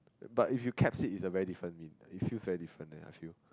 but if you caps it its a very different mean it feels very different eh I feel